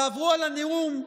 תעברו על הנאום,